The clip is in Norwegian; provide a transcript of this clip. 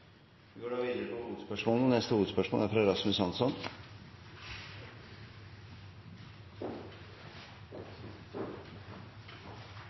Vi går videre til neste hovedspørsmål.